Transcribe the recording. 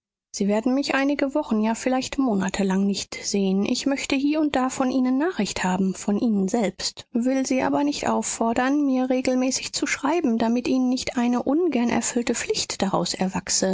sie werden mich einige wochen ja vielleicht monatelang nicht sehen ich möchte hie und da von ihnen nachricht haben von ihnen selbst will sie aber nicht auffordern mir regelmäßig zu schreiben damit ihnen nicht eine ungern erfüllte pflicht daraus